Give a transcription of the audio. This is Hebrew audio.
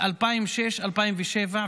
מ-2006 2007,